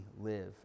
live